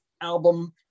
album